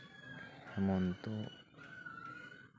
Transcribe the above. ᱦᱮᱢᱚᱱᱛᱚ